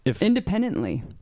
independently